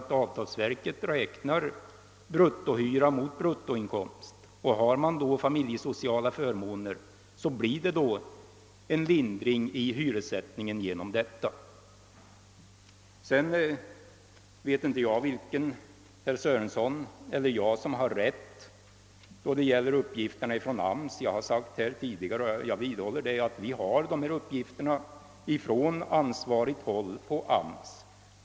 Ty avtalsverket räknar bruttohyra mot bruttoinkomst, och i de fall familjesociala förmåner utgår uppnås därigenom en lindring i hyressättningen. Beträffande uppgifterna från arbetsmarknadsstyrelsen vet jag inte om det är herr Sörenson eller jag som har rätt. Jag har sagt tidigare och vidhåller fortfarande att vi har uppgifter från ansvarigt håll inom AMS.